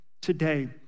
today